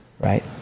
right